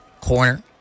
corner